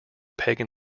pagan